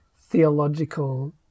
theological